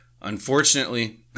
unfortunately